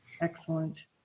Excellent